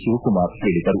ಶಿವಕುಮಾರ್ ಹೇಳಿದರು